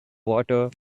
water